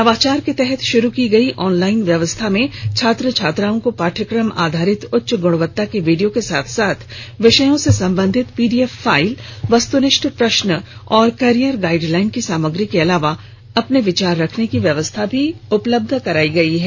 नवाचार के तहत शुरू की गयी ऑनलाइन व्यवस्था में छात्र छात्राओं को पाठ्यक्रम आधारित उच्च गुणवत्ता के वीडियो के साथ साथ विषयों से संबंधित पीडीएफ फाइल वस्तुनिष्ठ प्रश्न एवं करियर गाइड लाइन की सामग्री के अलावे अपनो विचार रखने की व्यवस्था भी उपलब्ध करायी गयी है